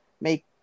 make